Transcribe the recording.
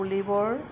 পুলিবৰ